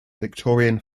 victorian